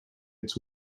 its